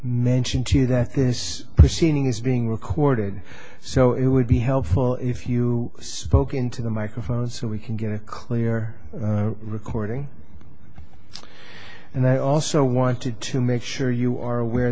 that this proceeding is being recorded so it would be helpful if you spoke into the microphone so we can get a clear recording and i also wanted to make sure you are aware